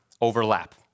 overlap